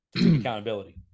accountability